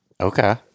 Okay